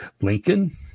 Lincoln